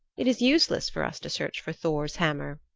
it is useless for us to search for thor's hammer,